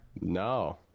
No